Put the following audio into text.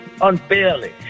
unfairly